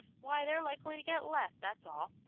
why, they're likely to get left, that's all.